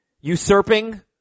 usurping